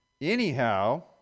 Anyhow